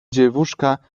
dziewuszka